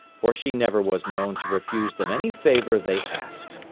for she never was known to refuse them any favour they asked,